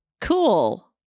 cool